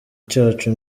cyacu